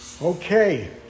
Okay